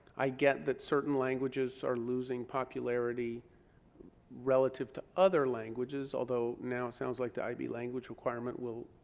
i get that certain languages are losing popularity relative to other languages, although now sounds like the ib language requirement will